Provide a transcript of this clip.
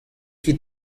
ket